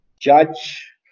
judge